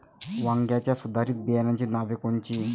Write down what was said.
वांग्याच्या सुधारित बियाणांची नावे कोनची?